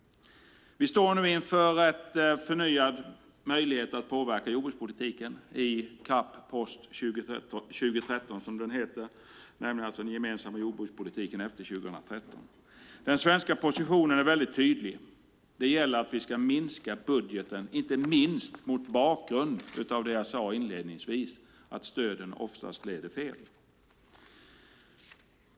Vi står nu inför en förnyad möjlighet att påverka jordbrukspolitiken i CAP Post 2013, som alltså den gemensamma jordbrukspolitiken efter 2013 heter. Den svenska positionen är väldigt tydlig: Det gäller att vi ska minska budgeten, inte minst mot bakgrund av det jag sade inledningsvis om att stöden oftast leder fel.